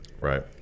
Right